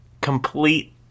complete